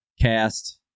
cast